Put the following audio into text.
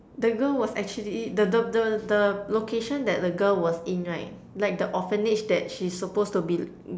the girl was actually the the the the location that the girl was in right like the orphanage that she's supposed to be